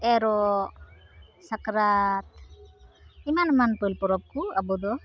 ᱮᱨᱚᱜ ᱥᱟᱠᱨᱟᱛ ᱮᱢᱟᱱ ᱮᱢᱟᱱ ᱯᱟᱹᱞ ᱯᱚᱨᱚᱵᱽ ᱠᱚ ᱟᱵᱚ ᱫᱚ